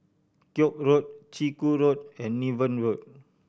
Koek Road Chiku Road and Niven Road